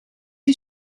you